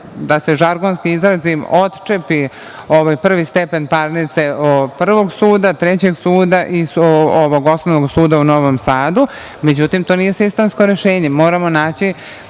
da se žargonski izrazim, otčepi prvi stepen parnice prvog suda, trećeg suda i Osnovnog suda u Novom Sadu. Međutim, to nije sistemsko rešenje, moramo naći